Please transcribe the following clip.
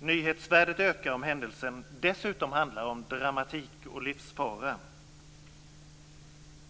Nyhetsvärdet ökar om händelsen dessutom handlar om dramatik och livsfara.